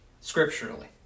scripturally